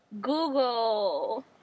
Google